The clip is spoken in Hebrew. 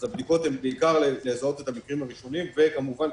אז הבדיקות הן בעיקר לזהות את המקרים הראשוניים וכמובן,